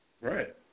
Right